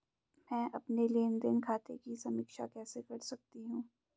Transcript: मैं अपने लेन देन खाते की समीक्षा कैसे कर सकती हूं?